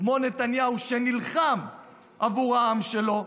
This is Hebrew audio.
כמו נתניהו, שנלחם עבור העם שלו,